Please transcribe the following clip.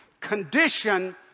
condition